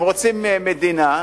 הם רוצים מדינה,